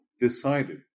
decided